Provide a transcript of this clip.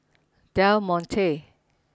Del Monte